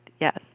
Yes